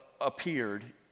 appeared